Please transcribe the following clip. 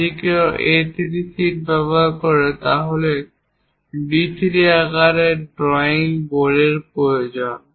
যদি কেউ A3 sheet ব্যবহার করে তাহলে D3 আকারের ড্রয়িং বোর্ডের প্রয়োজন